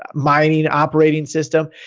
um mining operating system.